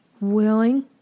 willing